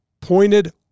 pointed